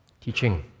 teaching